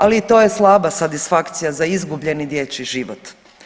Ali to je slaba satisfakcija za izgubljeni dječji život.